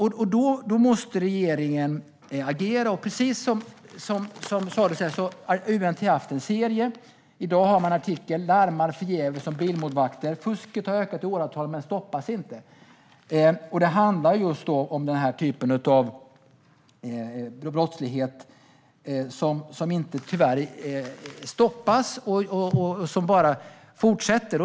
Då måste regeringen agera. UNT har som sagt haft en serie; i dag har man artiklarna "Larmar förgäves om bilmålvakter" och "Fusket har ökat i åratal men stoppas inte". Det handlar just om denna typ av brottslighet, som tyvärr inte stoppas utan bara fortsätter.